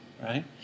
right